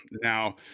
Now